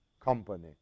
company